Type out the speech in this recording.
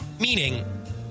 Meaning